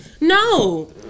no